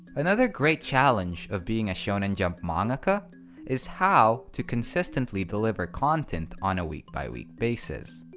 another great challenge of being a shonen jump mangaka is how to consistently deliver content on a week by week basis.